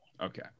okay